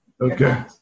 okay